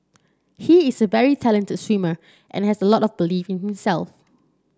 he is very talented swimmer and has a lot of belief in himself